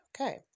Okay